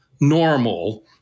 normal